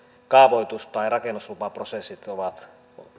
kaavoitus tai rakennuslupaprosessit ovat